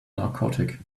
narcotic